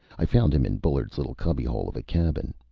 i found him in bullard's little cubbyhole of a cabin.